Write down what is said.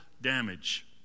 damage